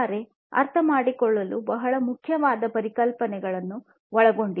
0 ಪರಿವರ್ತನೆಗೆ ಅರ್ಥಮಾಡಿಕೊಳ್ಳಲು ಬಹಳ ಮುಖ್ಯವಾದ ಪರಿಕಲ್ಪನೆಗಳನ್ನು ಒಳಗೊಂಡಿದೆ